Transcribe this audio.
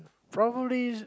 probably